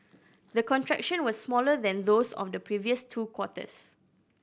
the contraction was smaller than those of the previous two quarters